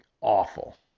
awful